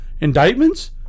Indictments